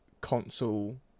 console